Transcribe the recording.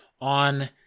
on